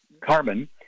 carbon